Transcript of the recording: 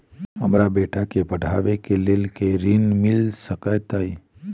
हमरा बेटा केँ पढ़ाबै केँ लेल केँ ऋण मिल सकैत अई?